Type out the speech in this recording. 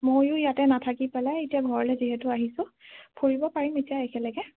ময়ো ইয়াতে নাথাকি পেলাই এতিয়া ঘৰলে যিহেতু আহিছোঁ ফুৰিব পাৰিম এতিয়া একেলগে